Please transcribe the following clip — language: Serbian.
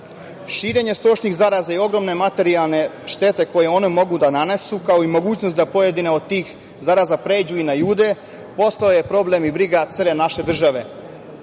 sredine. Širenje stočnih zaraza i ogromne materijalne štete koje one mogu da nanesu, kao i mogućnost da pojedine od tih zaraza pređu i na ljude, postao je problem i briga cele naše države. Ako